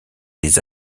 les